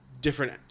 different